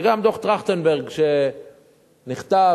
וגם דוח-טרכטנברג שנכתב,